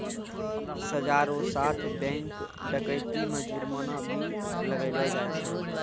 सजा रो साथ बैंक डकैती मे जुर्माना भी लगैलो जाय छै